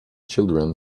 children